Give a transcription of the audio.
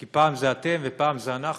כי פעם זה אתם ופעם זה אנחנו